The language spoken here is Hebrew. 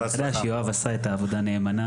צעירים,